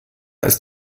ist